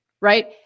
Right